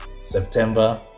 september